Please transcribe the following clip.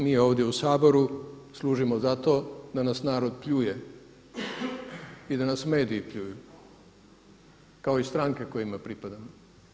Mi ovdje u Saboru služimo za to da nas narod pljuje i da nas mediji pljuju kao i stranke kojima pripadamo.